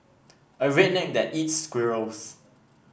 a redneck that eats squirrels